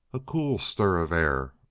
a cool stir of air,